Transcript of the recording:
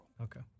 Okay